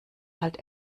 halt